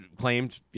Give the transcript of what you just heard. claimed